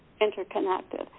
interconnected